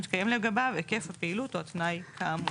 מתקיים לגביו היקף הפעילות או התנאי כאמור.